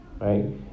Right